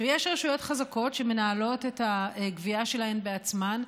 יש רשויות חזקות שמנהלות את הגבייה שלהן בעצמן,